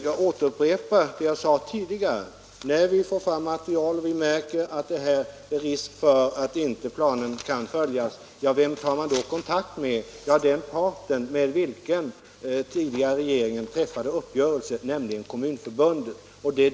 Jag upprepar vad jag sade tidigare: när vi får fram material och märker att det finns risk för att planen inte kan följas, så tar vi kontakt med den part som den tidigare regeringen träffade uppgörelse med, nämligen Kommunförbundet.